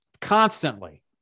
constantly